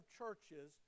churches